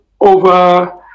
Over